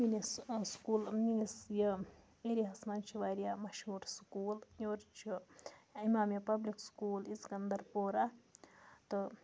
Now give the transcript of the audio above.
میٛٲنِس سکوٗل میٛٲنِس یہِ ایریاہَس منٛز چھِ واریاہ مشہوٗر سکوٗل یور چھُ اِمامیہ پَبلِک سکوٗل سِکنٛدَرپورہ تہٕ